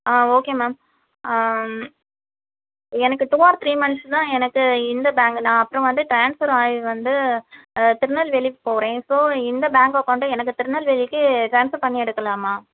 ஆ okay ma'am எனக்கு two or three months தான் எனக்கு இந்த பேங்க் நான் அப்புறம் வந்து ட்ரான்ஸ்பெர் ஆகி வந்து ஆ திருநெல்வேலிக்கு போகிறேன் ஸோ இந்த பேங்க் அக்கௌண்ட்டு எனக்கு திருநெல்வேலிக்கு ட்ரான்ஸ்பெர் பண்ணி எடுக்கலாமா